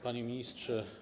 Panie Ministrze!